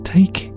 Take